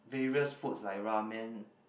various foods like ramen